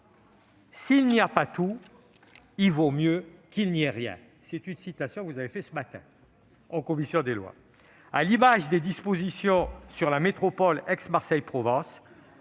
« S'il n'y a pas tout, il vaut mieux qu'il n'y ait rien. » Vous l'avez dit ce matin en commission des lois. À l'image des dispositions sur la métropole Aix-Marseille-Provence,